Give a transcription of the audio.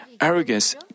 arrogance